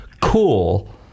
cool